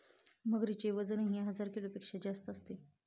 मगरीचे वजनही हजार किलोपेक्षा जास्त असते